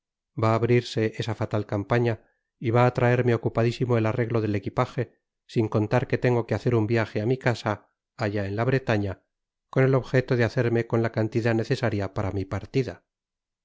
va á abrirse esa fatal campaña y va á traerme ocupadisimo et arreglo del equipaje sin contar que tengo que hacer un viaje á mi casa attá en la bretaña con el objeto de hacerme con la cantidad necesaria para mi partida